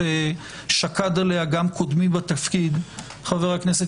שקד עליה גם קודמי בתפקיד חבר הכנסת